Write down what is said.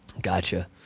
Gotcha